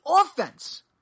offense